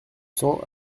cents